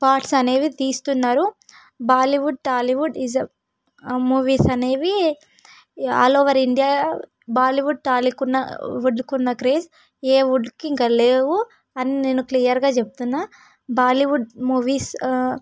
parts అనేవి తీస్తున్నారు Bollywood Tollywood is the movies అనేవి ఆల్ ఓవర్ ఇండియా బాలీవుడ్ టాలీ కున్న వుడ్ కున్న క్రేజ్ ఏ వుడ్కి ఇంక లేవు అని నేను క్లియర్గా చెప్తున్నా బాలీవుడ్ మూవీస్